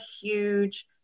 huge